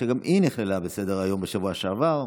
שגם היא נכללה בסדר-היום בשבוע שעבר,